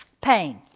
pain